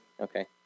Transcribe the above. Okay